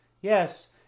Yes